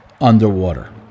underwater